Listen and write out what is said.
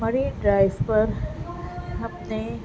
Marine Drives پر ہم نے